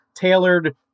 tailored